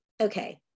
okay